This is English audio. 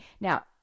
now